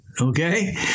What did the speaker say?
Okay